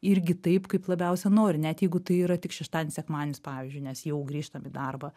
irgi taip kaip labiausiai nori net jeigu tai yra tik šeštadienis sekmadienis pavyzdžiui nes jau grįžtam į darbą